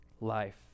life